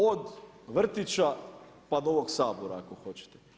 Od vrtića pa do ovog Sabora, ako hoćete.